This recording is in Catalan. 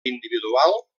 individual